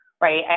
right